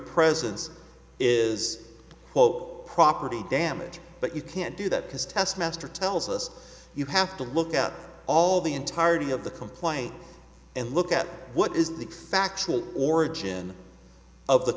presence is quote property damage but you can't do that because test master tells us you have to look at all the entirety of the complaint and look at what is the factual origin o